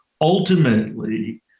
ultimately